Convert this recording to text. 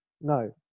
No